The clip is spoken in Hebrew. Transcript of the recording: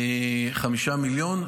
5 מיליון,